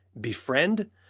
Befriend